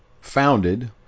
founded